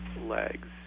legs